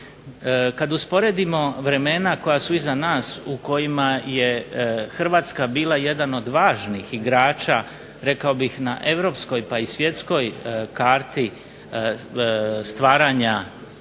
kada usporedimo vremena koja su iza nas u kojima je Hrvatska bila jedan od važnih igrača na Europskoj i svjetskoj karti stvaranja